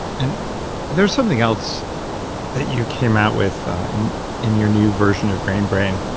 and there's something else that you came out with in in your new version of grain brain,